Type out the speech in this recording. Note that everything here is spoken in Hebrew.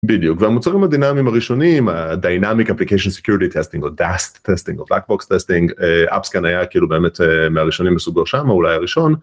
בדיוק, והמוצרים הדינאמיים הראשונים, Dynamic Application Security Testing, או DAST Testing, או Black Box Testing, ... AppScan היה כאילו באמת מהראשונים בסוגו שם, או אולי הראשון.